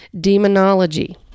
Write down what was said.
Demonology